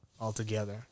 altogether